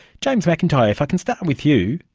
james mcintyre, if i can start with you,